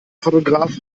fotograf